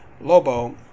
Lobo